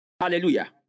Hallelujah